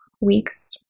weeks